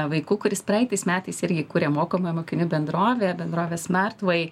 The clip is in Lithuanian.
vaiku kuris praeitais metais irgi įkūrė mokomąją mokinių bendrovę bendrovę smart way